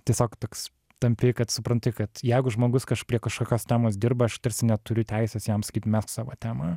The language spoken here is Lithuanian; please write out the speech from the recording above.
tiesiog toks tampi kad supranti kad jeigu žmogus prie kažkokios temos dirba aš neturiu teisės jam sakyt mesk savo temą